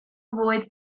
fwyd